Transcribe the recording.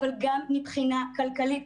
אבל גם מבחינה כלכלית.